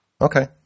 Okay